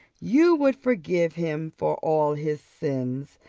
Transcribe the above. you would forgive him for all his sins,